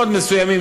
מאוד מסוימים,